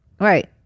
right